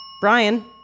Brian